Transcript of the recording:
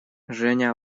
женя